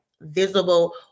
visible